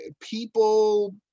people